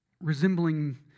resembling